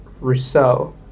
Rousseau